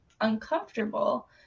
uncomfortable